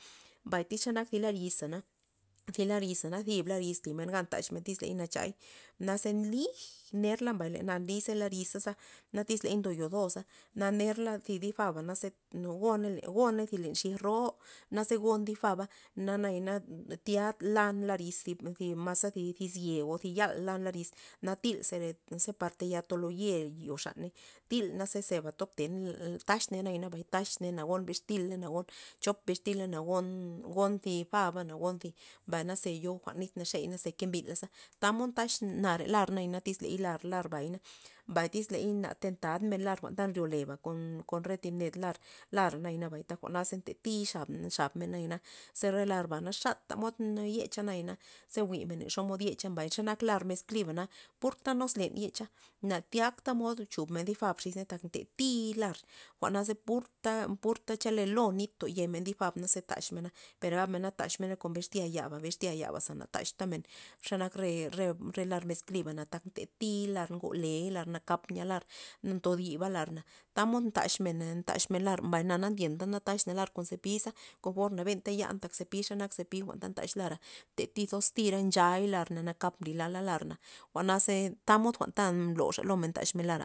Mbay tyz xanak thi lariza na, thi lariza na zib lariz limen gan taxmena tyz ley nachay, naze lij mbay nerla zera lariza za mbay tyz ley ndo yozosa na nerla thi di' faba naze go- goney len thi zieg ro naze gon di faba na nayana tya lan lariz tyz- maze thi zi o thi yal lariz na tyl zera par tayal lo ye xaney til za zera tobtey taxney na mbay taxney na goney bixtila gon cho bixtila gon gon thi faba gon thi mbay ze yo jwa'n nit naxey ze kembila za tamod ndax nare lar na tyz nayana lar- lar bayna mbay tyz na tentana nar jwa'n lar ta ryoleba kon re thib ned lar lata nabay benta za ntatiy xabla xabmen nayana ze lar bana xatey tamod yechana ze jwi'men len xomod yecha mbay xe nak lar mezkli bana purta nuslen yecha na tyakta mod chub di' fab xis ney nta tiy lar jwa'na za purta- purta che lo nit ntoyemen di' fab za taxmena per gabmena taxmena bextya yaba bestya yaba na taxtamen ze nak re- re lar mezkliba ntak ntatiy lar ngoley lar nakap ntodiba lar tamod ndaxmen- ndaxmen lar per na ndyentana taxna lar kon zepi konforna benta yan na zepi anta zepi ndax lara ntati nde toztira nchay lar mbli la lar na jwa'naze tamod nlomen ndaxmen lar.